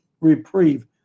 reprieve